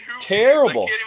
terrible